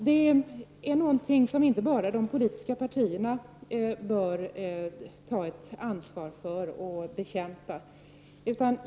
Det är någonting som inte bara de politiska partierna bör ta ett ansvar för och bekämpa.